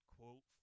Quote